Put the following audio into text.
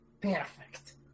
Perfect